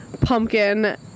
pumpkin